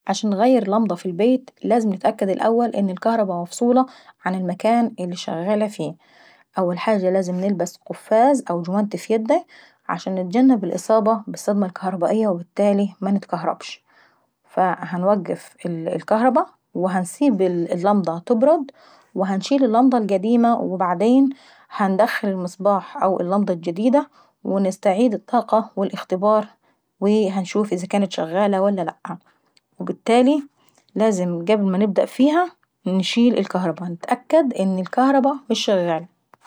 عشان انغير لنضة في البيت لازم نتاكد اكويس ان الكهربا مفصولة عن المكان اللي شغالة فيه. اول حاجة لازم نلبس القفاز او الجوانتاي عشان نتجنب الإصابة بالصدمة الكهربائية وبالتالي منتكهربش. فالبتالاي هنوقف الكهرباه وهنسيب اللنضة تبرد، وهنشيل اللنضة القديمة وبعدين هندخل المصباح او اللنضة الجديدة ونستعيد الطاقة والاختبار وهنشوف ان كانت شغالة ولا لا وبالتالي قبل ما نبدا فيها لازم انشيل الكهربا ونتاكد ان الكهربا مش شغالة.